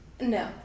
No